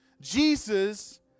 Jesus